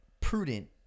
prudent